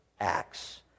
acts